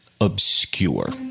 Obscure